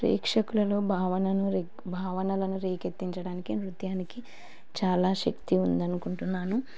ప్రేక్షకులలో భావనను రేకెత్తించే భావనలను తించడానికి నృత్యానికి చాలా శక్తి ఉందని అకుంటున్నాను